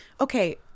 Okay